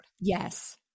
Yes